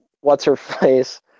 what's-her-face